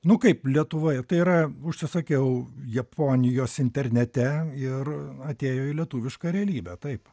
nu kaip lietuvoje tai yra užsisakiau japonijos internete ir atėjo į lietuvišką realybę taip